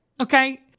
Okay